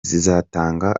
zitanga